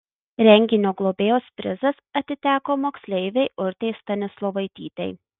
renginio globėjos prizas atiteko moksleivei urtei stanislovaitytei